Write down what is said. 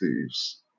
thieves